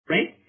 Right